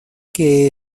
que